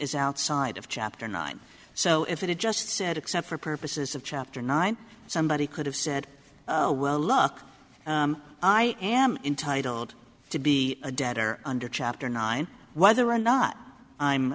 is outside of chapter nine so if it just said except for purposes of chapter nine somebody could have said oh well look i am entitled to be a debtor under chapter nine whether or not i'm